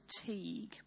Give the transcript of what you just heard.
fatigue